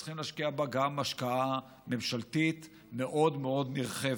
וצריך להשקיע בה גם השקעה ממשלתית מאוד מאוד נרחבת.